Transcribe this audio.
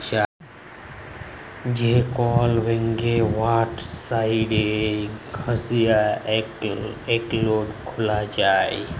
যে কল ব্যাংকের ওয়েবসাইটে যাঁয়ে একাউল্ট খুলা যায়